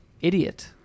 Idiot